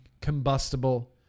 combustible